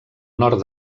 nord